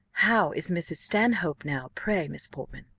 how is mrs. stanhope now, pray, miss portman?